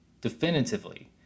definitively